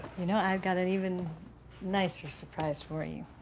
you know, i've got an even nicer surprise for you.